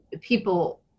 people